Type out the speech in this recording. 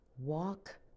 walk